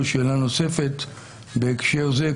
ושאלה נוספת בהקשר הזה,